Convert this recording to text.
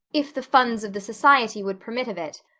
if the funds of the society would permit of it.